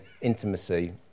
intimacy